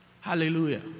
Hallelujah